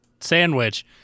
sandwich